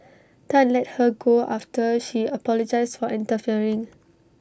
Tan let her go after she apologised for interfering